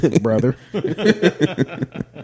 brother